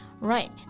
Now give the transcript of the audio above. Right